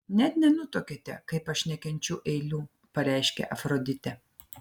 net nenutuokiate kaip aš nekenčiu eilių pareiškė afroditė